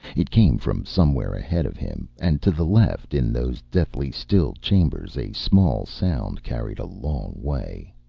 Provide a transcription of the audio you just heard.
it came from somewhere ahead of him, and to the left. in those deathly-still chambers a small sound carried a long way.